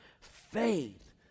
faith